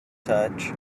touch